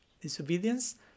Disobedience